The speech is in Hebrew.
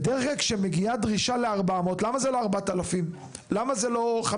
בדרך כלל כשמגיעה דרישה ל-400, למה זה לא 4,000?